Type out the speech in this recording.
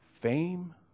fame